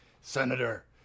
Senator